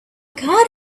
card